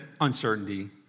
uncertainty